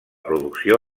producció